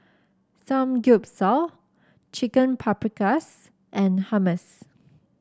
Samgyeopsal Chicken Paprikas and Hummus